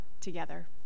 together